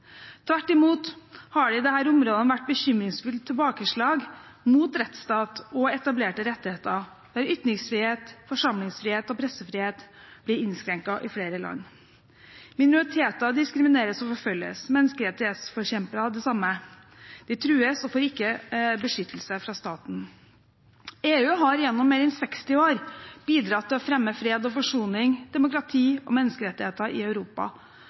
Tvert imot har det i disse områdene vært bekymringsfulle tilbakeslag mot rettsstat og etablerte rettigheter, der ytringsfrihet, forsamlingsfrihet og pressefrihet blir innskrenket i flere land. Minoriteter diskrimineres og forfølges, menneskerettighetsforkjempere det samme. De trues og får ikke beskyttelse av staten. EU har gjennom mer enn 60 år bidratt til å fremme fred og forsoning, demokrati og menneskerettigheter i Europa,